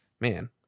man